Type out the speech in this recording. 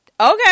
okay